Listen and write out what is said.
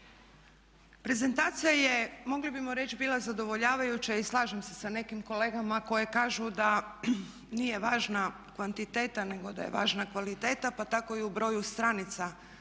Prezentacija je mogli bismo reći bila zadovoljavajuća i slažem se sa nekim kolegama koje kažu da nije važna kvantiteta nego da je važna kvaliteta pa tako i u broju stranica